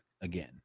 again